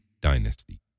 dynasty